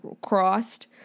crossed